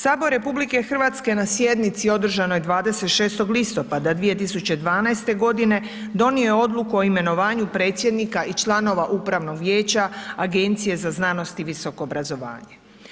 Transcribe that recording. Sabor RH na sjednici održanoj 26. listopada 2012. g. donio je odluku o imenovanju predsjednika i članova upravnog vijeća, Agencije za znanost i visoko obrazovanje.